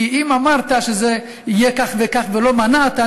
כי אם אמרת שיהיה כך וכך ולא מנעת,